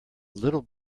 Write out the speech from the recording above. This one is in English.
little